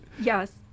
yes